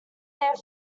their